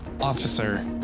Officer